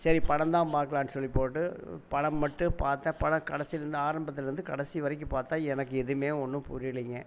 சரி படம்தான் பார்க்கலாம் சொல்லிப்போட்டு படம் மட்டும் பார்த்த படம் கடைசிலேருந்து ஆரம்பதுலேருந்து கடைசி வரைக்கும் பார்த்தா எனக்கு எதுவுமே ஒன்றும் புரியலைங்க